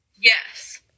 Yes